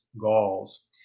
Gauls